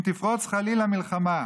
אם תפרוץ חלילה מלחמה,